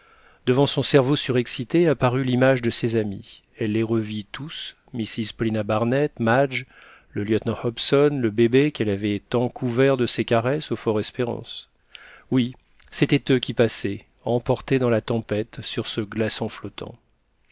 devant son cerveau surexcité apparut l'image de ses amis elle les revit tous mrs paulina barnett madge le lieutenant hobson le bébé qu'elle avait tant couvert de ses caresses au fort espérance oui c'étaient eux qui passaient emportés dans la tempête sur ce glaçon flottant